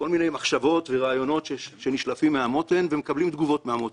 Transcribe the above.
כל מיני מחשבות ורעיונות שנשלפים מהמותן ומקבלים תגובות מהמותן.